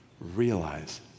realize